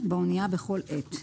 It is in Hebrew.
באנייה בכל עת.